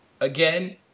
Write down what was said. again